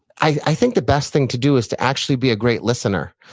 i think the best thing to do is to actually be a great listener.